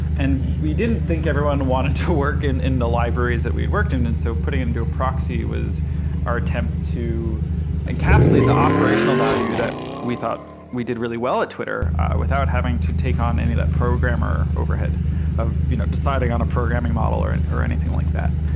and we didn't think everyone wanted to work in in the libraries that we worked in, and so putting it into a proxy was our attempt to encapsulate the operational value that we thought we did really well at twitter without having to take on any of that programmer overhead of you know deciding on a programming model or and or anything like that,